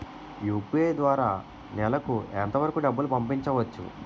UPI ద్వారా నెలకు ఎంత వరకూ డబ్బులు పంపించవచ్చు?